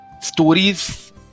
stories